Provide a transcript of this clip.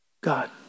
God